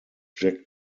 jack